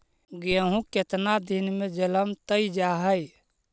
गेहूं केतना दिन में जलमतइ जा है?